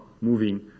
moving